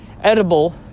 Edible